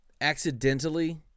accidentally